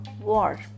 war